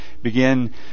Begin